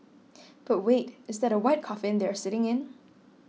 but wait is that a white coffin they are sitting in